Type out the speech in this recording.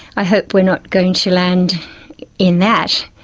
i hope we're not going to land in that.